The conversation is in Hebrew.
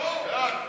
את